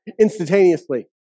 instantaneously